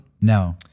No